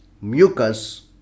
mucus